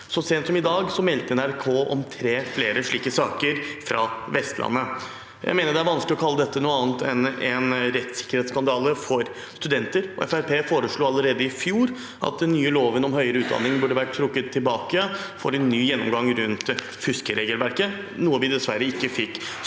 Så sent som i dag meldte NRK om enda tre slike saker, fra Vestlandet. Jeg mener det er vanskelig å kalle dette noe annet enn en rettssikkerhetsskandale for studenter. Fremskrittspartiet foreslo allerede i fjor at den nye loven om høyere utdanning burde vært trukket tilbake for en ny gjennomgang av fuskeregelverket, noe vi dessverre ikke fikk